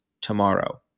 tomorrow